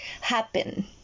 happen